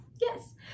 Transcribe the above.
Yes